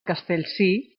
castellcir